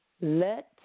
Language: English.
Let